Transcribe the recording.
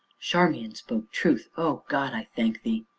charmian spoke truth! o god, i thank thee!